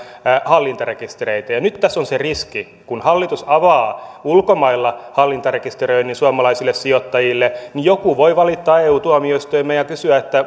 hallintarekistereitä nyt tässä on se riski että kun hallitus avaa ulkomailla hallintarekisteröinnin suomalaisille sijoittajille niin joku voi valittaa eu tuomioistuimeen ja kysyä